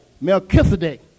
Melchizedek